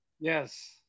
Yes